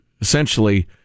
essentially